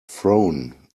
frown